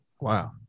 Wow